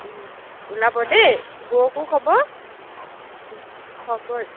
ওলাব দেই বৌকো ক'ব হ'ব